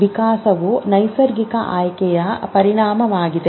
ವಿಕಾಸವು ನೈಸರ್ಗಿಕ ಆಯ್ಕೆಯ ಪರಿಣಾಮವಾಗಿದೆ